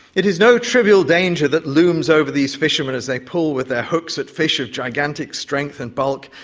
it is no trivial danger that looms over these fishermen as they pull with their hooks at fish of gigantic strength and bulk,